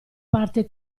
parte